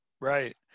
Right